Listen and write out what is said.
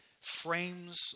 frames